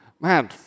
man